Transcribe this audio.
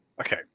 okay